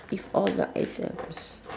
if all the items